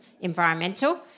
environmental